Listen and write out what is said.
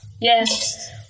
Yes